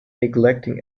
neglecting